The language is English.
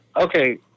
Okay